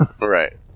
right